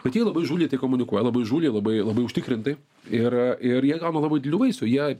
bet jie labai įžūliai tai komunikuoja labai įžūliai labai labai užtikrintai ir ir jie gauna labai didelių vasių jie